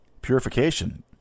Purification